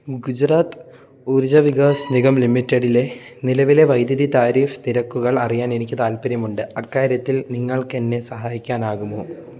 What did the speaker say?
ഗുജറാത്ത് ഊർജ വികാസ് നിഗം ലിമിറ്റഡിലെ നിലവിലെ വൈദ്യുതി താരിഫ് നിരക്കുകൾ അറിയാനെനിക്ക് താൽപ്പര്യമുണ്ട് അക്കാര്യത്തിൽ നിങ്ങൾക്കെന്നെ സഹായിക്കാനാകുമോ